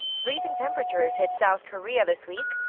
freezing temperatures hit south korea this week.